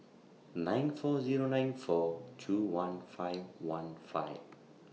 nine four Zero nine four two one five one five